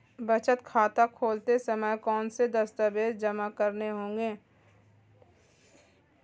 बचत खाता खोलते समय कौनसे दस्तावेज़ जमा करने होंगे?